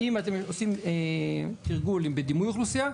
אם אתם עושים תרגול בדימוי אוכלוסייה,